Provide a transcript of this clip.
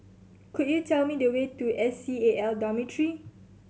could you tell me the way to S C A L Dormitory